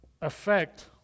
affect